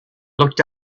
looked